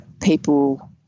people